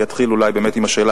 אני אתחיל אולי עם השאלה,